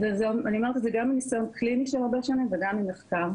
אני אומרת את זה גם מניסיון קליני של הרבה שנים וגם ממחקר.